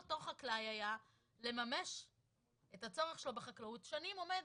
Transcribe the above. אותו חקלאי יכול היה לממש את הצורך שלו בחקלאות ושנים עומד